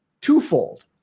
twofold